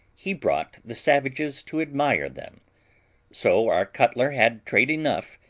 he brought the savages to admire them so our cutler had trade enough,